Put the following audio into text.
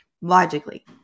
logically